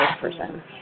person